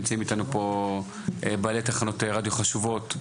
נמצאים אתנו פה גם בעלי תחנות רדיו חשובות,